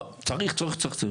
צריך צריך צריך,